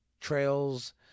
trails